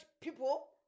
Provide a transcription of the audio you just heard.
people